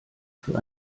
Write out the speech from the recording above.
für